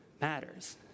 matters